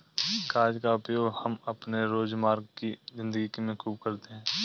कागज का उपयोग हम अपने रोजमर्रा की जिंदगी में खूब करते हैं